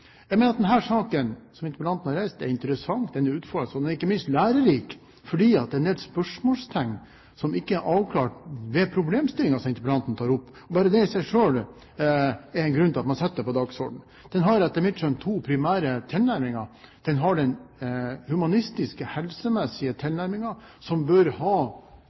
Jeg mener at den saken som interpellanten har reist, er interessant, den er utfordrende og ikke minst lærerik, fordi det er spørsmålstegn som ikke er avklart ved problemstillingen som interpellanten tar opp. Bare det i seg selv er en grunn til at man setter den på dagsordenen. Den har etter mitt skjønn to primære tilnærminger – den humanistiske, helsemessige tilnærmingen, som bør